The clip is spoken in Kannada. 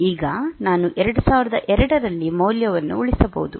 ಈಗ ನಾನು 2002 ರಲ್ಲಿ ಮೌಲ್ಯವನ್ನು ಉಳಿಸಬಹುದು